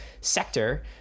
sector